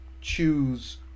choose